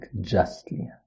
justly